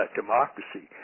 democracy